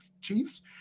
Chiefs